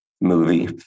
movie